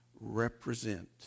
represent